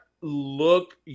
look